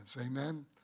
Amen